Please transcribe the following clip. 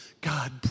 God